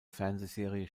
fernsehserie